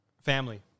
Family